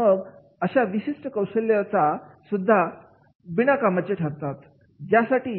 आणि मग अशी विशिष्ट कौशल्य सुद्धा बिनकामाची ठरतात ज्यांच्यासाठी